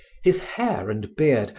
his hair and beard,